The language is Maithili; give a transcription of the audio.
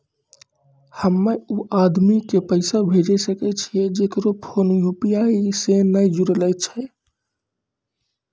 हम्मय उ आदमी के पैसा भेजै सकय छियै जेकरो फोन यु.पी.आई से नैय जूरलो छै?